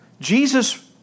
Jesus